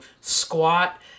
squat